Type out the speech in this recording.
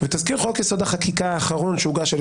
בתזכיר חוק יסוד: החקיקה האחרון שהוגש על